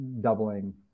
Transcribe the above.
doubling